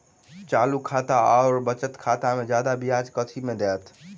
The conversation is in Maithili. चालू खाता आओर बचत खातामे जियादा ब्याज कथी मे दैत?